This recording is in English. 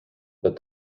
but